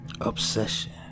obsession